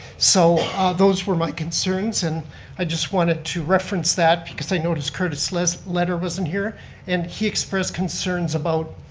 so those were my concerns and i just wanted to reference that because i notice curtis' letter letter wasn't here and he expressed concerns about.